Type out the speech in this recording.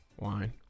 Wine